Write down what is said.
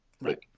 Right